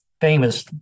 famous